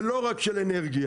ולא רק של אנרגיה.